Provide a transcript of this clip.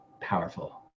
powerful